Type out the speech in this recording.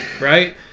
Right